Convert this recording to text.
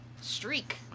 Streak